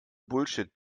bullshit